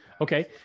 Okay